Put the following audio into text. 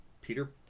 peter